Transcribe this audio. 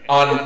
on